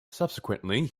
subsequently